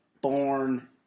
born